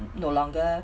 no longer